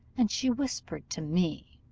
and she whispered to me